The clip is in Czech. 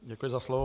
Děkuji za slovo.